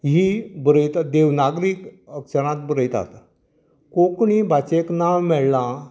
ही बरयता देवनागरी अक्षरांत बरयतात कोंकणी भाशेक नांव मेळ्ळां